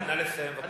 נא לסיים, בבקשה.